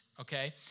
okay